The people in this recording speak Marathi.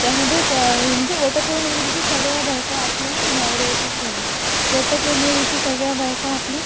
त्यामध्येच हे म्हणजे वटपौर्णिमेच्या दिवशी सगळ्या बायका आपल्या नवऱ्या सॉरी वटपौर्णिमेच्या दिवशी सगळ्या बायका आपल्या